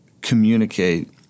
communicate